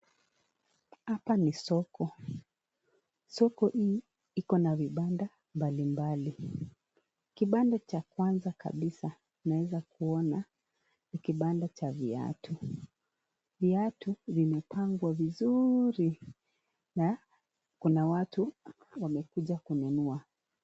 Hapa ni soko. Soko hii ina vibanda mbali mbali. Kibanda cha kwanza kabisa tunaeza kuona iko na viatu. Viatu zimepangwa vizuri na kuna watu wamekuja kununua.